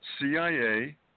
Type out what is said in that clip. CIA –